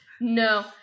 No